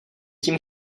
tím